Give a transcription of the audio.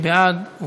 מי בעד?